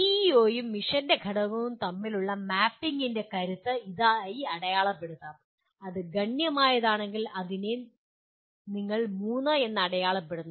പിഇഒയും മിഷന്റെ ഘടകവും തമ്മിലുള്ള മാപ്പിംഗിന്റെ കരുത്ത് ഇതായി അടയാളപ്പെടുത്താം ഇത് ഗണ്യമായതാണെങ്കിൽ നിങ്ങൾ അതിനെ 3 എന്ന് അടയാളപ്പെടുത്തുന്നു